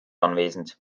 anwesend